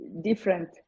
different